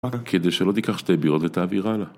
כדי שלא תיקח שתי בירות ותעביר הלאה